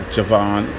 Javon